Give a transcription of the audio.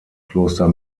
kloster